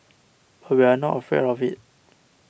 but we are not afraid of it